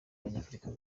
abanyafurika